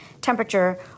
temperature